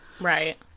Right